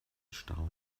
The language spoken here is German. stau